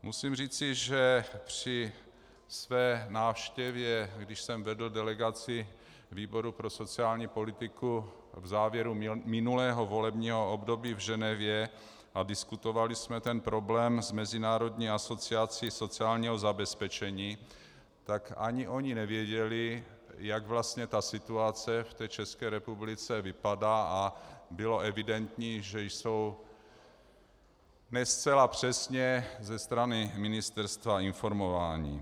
Musím říci, že při své návštěvě, když jsem vedl delegaci výboru pro sociální politiku v závěru minulého volebního období v Ženevě a diskutovali jsme ten problém s Mezinárodní asociací sociálního zabezpečení, tak ani oni nevěděli, jak vlastně ta situace v České republice vypadá, a bylo evidentní, že jsou ne zcela přesně ze strany ministerstva informováni.